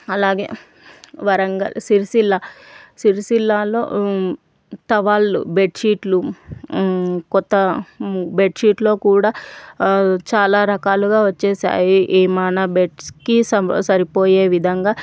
అలాగే వరంగల్ సిరిసిల్ల సిరిసిల్లాలో టవాళ్ళు బెడ్షీట్లు క్రొత్త బెడ్షీట్లో కూడా చాలా రకాలుగా వచ్చేసాయి ఏమైనా బెడ్స్కి స సరిపోయే విధంగా